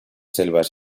selvas